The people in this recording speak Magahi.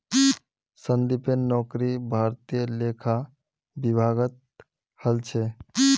संदीपेर नौकरी भारतीय लेखा विभागत हल छ